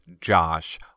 Josh